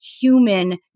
human